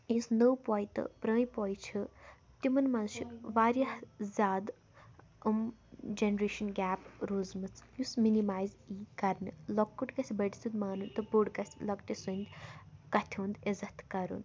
یۄس نٔو پوے تہٕ پرٲنۍ پوے چھِ تِمَن منٛز چھِ واریاہ زیادٕ یِم جَنریشَن گیپ روٗزمٕژ یُس مِنِمایز یی کَرنہٕ لۄکُٹ گژھِ بٔڑۍ سۭتۍ مانُن تہٕ بوٚڈ گژھِ لۄکٹہِ سٕنٛدۍ کَتھِ ہُنٛد عِزت کَرُن